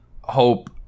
Hope